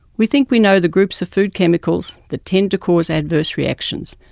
we think we know the groups of food chemicals that tend to cause adverse reactions,